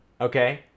Okay